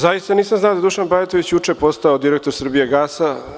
Zaista nisam znao da je Dušan Bajatović juče postao direktor „Srbijagasa“